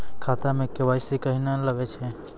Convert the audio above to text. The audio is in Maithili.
खाता मे के.वाई.सी कहिने लगय छै?